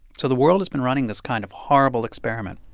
so the world has been running this kind of horrible experiment.